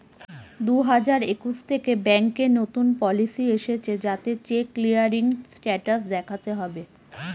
দুই হাজার একুশ থেকে ব্যাঙ্কে নতুন পলিসি এসেছে যাতে চেক ক্লিয়ারিং স্টেটাস দেখাতে হবে